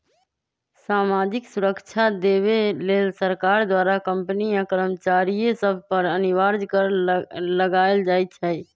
सामाजिक सुरक्षा देबऐ लेल सरकार द्वारा कंपनी आ कर्मचारिय सभ पर अनिवार्ज कर लगायल जाइ छइ